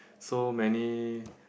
so many